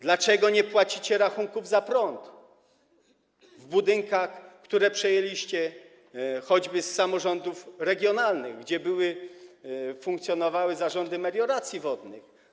Dlaczego nie płacicie rachunków za prąd w budynkach, które przejęliście choćby od samorządów regionalnych, gdzie były, funkcjonowały zarządy melioracji wodnych?